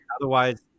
otherwise